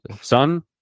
son